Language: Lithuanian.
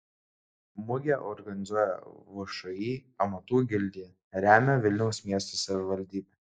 mugę organizuoja všį amatų gildija remia vilniaus miesto savivaldybė